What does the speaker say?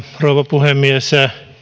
puhemies